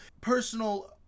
personal